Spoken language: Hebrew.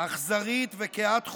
אכזרית וקהת חושים,